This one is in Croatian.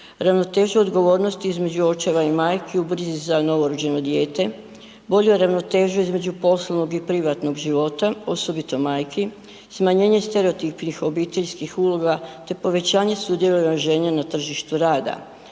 ravnoteža odgovornosti između očeva i majki u brizi za novorođeno dijete, bolju ravnotežu između poslovnog i privatnog života, osobito majki, smanjenje stereotipnih obiteljskih uloga, te povećanje sudjelovanja žena na tržištu rada,